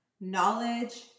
knowledge